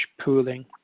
pooling